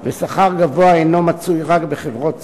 ושכר גבוה אינו מצוי רק בחברות ציבוריות.